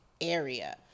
area